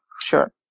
sure